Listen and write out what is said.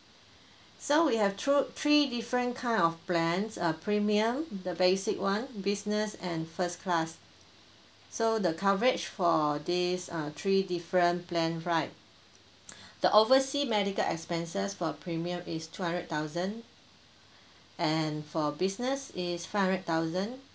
so we have through three different kind of plans uh premium the basic [one] business and first class so the coverage for this uh three different plan right the oversea medical expenses for premium is two hundred thousand and for business is five hundred thousand